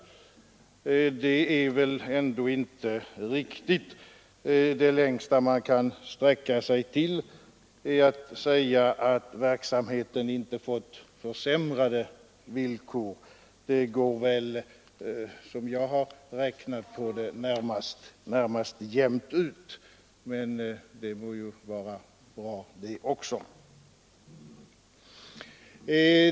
Det är väl ändå inte riktigt. Det längsta man kan sträcka sig till är att säga att verksamheten inte fått försämrade villkor. Det går väl, som jag har räknat på det, närmast jämnt ut — men det må ju vara bra det också.